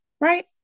right